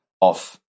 off